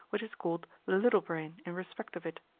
which is called the little brain in respect of it.